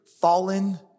fallen